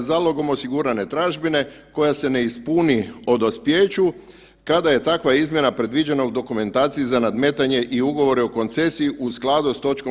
zalogom osigurane tražbine koja se ne ispuni o dospijeću kada je takva izmjena predviđena u dokumentaciji za nadmetanje i Ugovore o koncesiji u skladu s toč.